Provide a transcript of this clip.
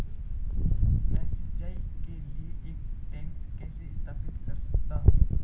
मैं सिंचाई के लिए एक टैंक कैसे स्थापित कर सकता हूँ?